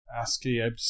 ASCII